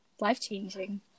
life-changing